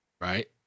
Right